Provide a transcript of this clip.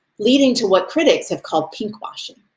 leading to what critics have called pinkwashing.